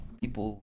people